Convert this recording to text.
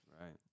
Right